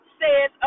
says